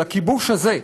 של הכיבוש הזה,